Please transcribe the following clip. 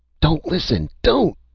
don't listen! don't.